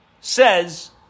says